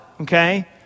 okay